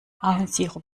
ahornsirup